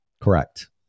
Correct